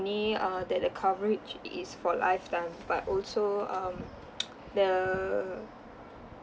only uh that the coverage is for lifetime but also um the